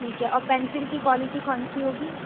ٹھیک ہے اور پینسل کی کوالیٹی کون سی ہو گی